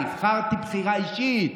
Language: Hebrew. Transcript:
נבחרתי בבחירה אישית,